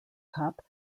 cup